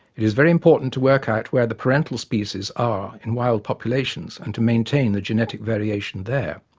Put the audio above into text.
it is very important to work out where the parental species are in wild populations and to maintain the genetic variation there,